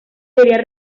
sería